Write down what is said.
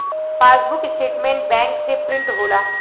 passbook statement bank से print होला